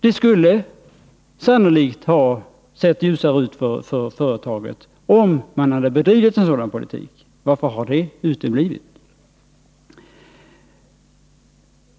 Det skulle sannolikt ha sett ljusare ut för företaget om regeringen hade bedrivit en sådan politik. Varför har den uteblivit?